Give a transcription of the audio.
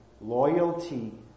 loyalty